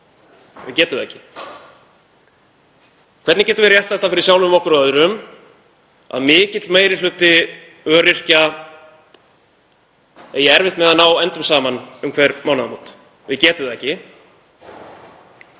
Við getum það ekki. Hvernig getum við réttlætt það fyrir sjálfum okkur og öðrum að mikill meiri hluti öryrkja eigi erfitt með að ná endum saman um hver mánaðamót? Við getum það ekki.